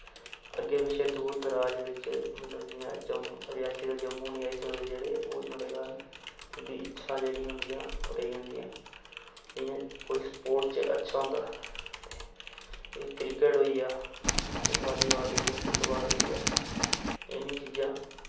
अग्गै पिच्छै दूर दराज विच मतलब जि'यां जम्मू रेआसी दा जम्मू नि आई सकदे जेह्ड़े ओह् नुआढ़े कारण उंदी इच्छां जेह्ड़ी होंदियां ओह् रेही जंदियां जि'यां कोई स्पोर्ट च अच्छा होंदा ते एह् क्रिकेट होइया जां बालीबाल होइया फुटबाल होइया इनें चीजां